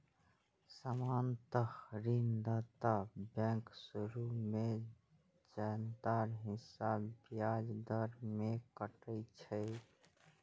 सामान्यतः ऋणदाता बैंक शुरू मे जादेतर हिस्सा ब्याज मद मे काटै छै